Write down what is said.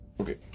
Okay